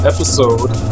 Episode